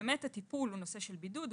הטיפול הוא בידוד,